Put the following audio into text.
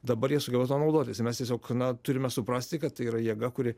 dabar jie sugeba tuo naudotis ir mes tiesiog na turime suprasti kad tai yra jėga kuri